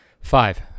Five